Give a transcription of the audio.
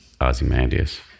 Ozymandias